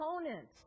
opponent